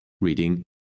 reading